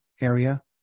area